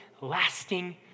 lasting